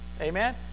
Amen